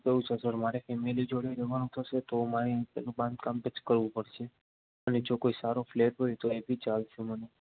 એવું છે સર મારે બે જોડે જવાનું થશે તો મારે કામ ફિક્સ કરવું પડશે અને કોઈ સારો ફ્લેટ હોય તો એ બી ચાલશે મને